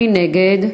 מי נגד?